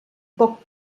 poc